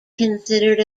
considered